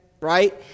Right